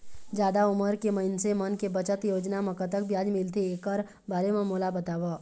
जादा उमर के मइनसे मन के बचत योजना म कतक ब्याज मिलथे एकर बारे म मोला बताव?